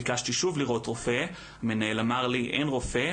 תודה רבה.